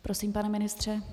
Prosím, pane ministře.